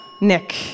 Nick